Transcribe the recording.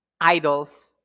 Idols